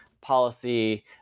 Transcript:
policy